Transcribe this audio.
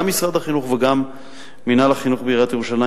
גם משרד החינוך וגם מינהל החינוך בעיריית ירושלים